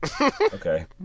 Okay